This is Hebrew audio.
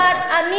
שמענו.